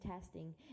testing